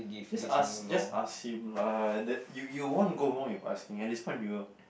just ask just ask him lah that you you won't go wrong with asking at this point you'll